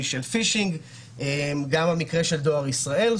של "פישינג" וגם המקרה של דואר ישראל.